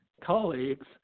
colleagues